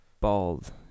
bald